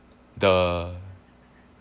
the